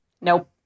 nope